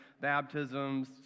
baptisms